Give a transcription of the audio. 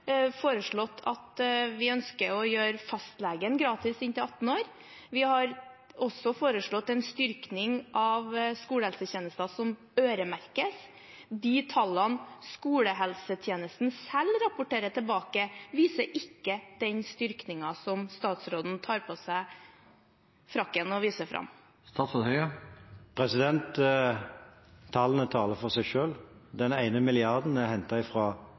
gratis fastlege inntil 18 år. Vi har også foreslått en styrking av skolehelsetjenesten, som øremerkes. De tallene skolehelsetjenesten selv rapporterer tilbake, viser ikke den styrkingen som statsråden tar på seg frakken og viser fram. Tallene taler for seg selv. Den ene milliarden er